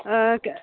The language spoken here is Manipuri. ꯑꯥ